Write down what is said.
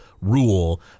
rule